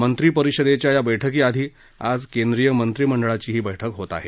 मंत्री परिषदेच्या या बैठकीआधी आज केंद्रीय मंत्रिमंडळाचीही बैठक होत आहे